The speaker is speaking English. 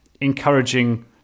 encouraging